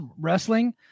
wrestling